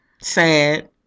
Sad